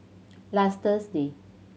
last Thursday